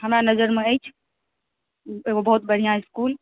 हमरा नजरमे अछि एगो बहुत बढ़िआँ इसकूल